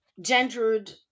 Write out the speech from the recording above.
gendered